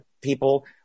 people